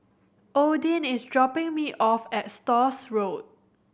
Odin is dropping me off at Stores Road